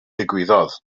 ddigwyddodd